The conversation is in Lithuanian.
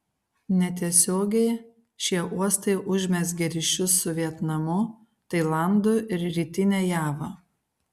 netiesiogiai šie uostai užmezgė ryšius su vietnamu tailandu ir rytine java